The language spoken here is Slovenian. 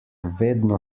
vedno